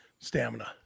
stamina